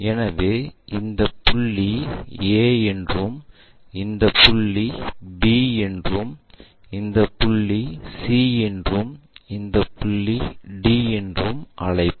எனவே இதை புள்ளி A என்றும் இது புள்ளி B என்றும் இது புள்ளி C என்றும் இது புள்ளி D என்றும் அழைப்போம்